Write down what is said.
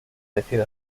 decide